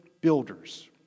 builders